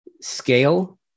scale